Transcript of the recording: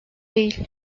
değil